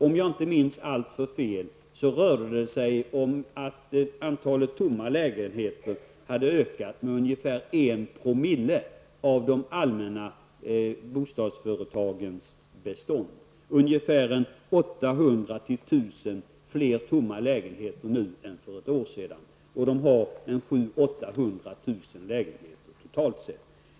Om jag inte minns alltför fel, så hade antalet tomma lägenheter ökat med ungefär en promille av de allmännyttiga bostadsföretagens bestånd. Det var alltså 800--1 000 fler tomma lägenheter nu än för ett år sedan -- och dessa företag har 700 000--800 000 lägenheter totalt sett.